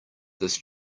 this